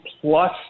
plus